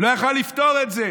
הוא לא יכול היה לפתור את זה.